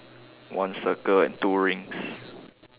one circle and two rings